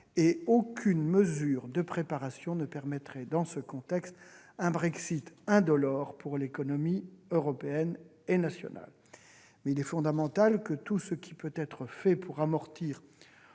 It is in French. et aucune mesure de préparation ne permettrait dans ce contexte un Brexit indolore pour l'économie européenne et nationale. Toutefois, il est fondamental que tout ce qui peut être fait pour amortir